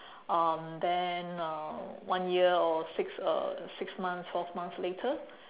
um then uh one year or six uh six months twelve months later